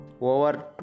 Over